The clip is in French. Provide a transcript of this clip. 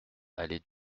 allée